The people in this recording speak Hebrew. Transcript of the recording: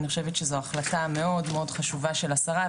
אני חושבת שזו החלטה מאוד מאוד חשובה של השרה,